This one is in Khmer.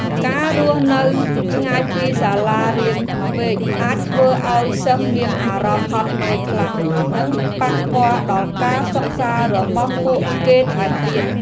ការរស់នៅឆ្ងាយពីសាលារៀនពេកអាចធ្វើឱ្យសិស្សមានអារម្មណ៍ហត់នឿយខ្លាំងនិងប៉ះពាល់ដល់ការសិក្សារបស់ពួកគេថែមទៀត។